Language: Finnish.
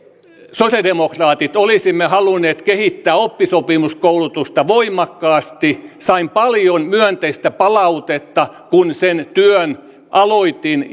sosialidemokraatit olisimme halunneet kehittää oppisopimuskoulutusta voimakkaasti sain paljon myönteistä palautetta kun sen työn aloitin